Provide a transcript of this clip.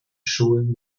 schulen